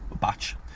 batch